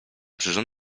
przyrząd